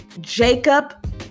Jacob